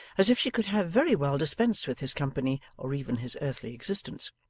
as if she could have very well dispensed with his company or even his earthly existence.